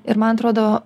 ir man atrodo